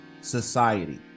society